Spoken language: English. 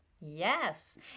Yes